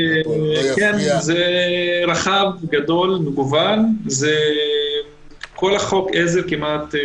זה רחב, גדול, מגוון, כל חוק העזר כמעט.